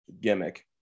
gimmick